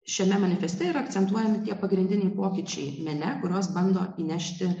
šiame manifeste yra akcentuojami tie pagrindiniai pokyčiai mene kuriuos bando įnešti